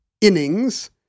Innings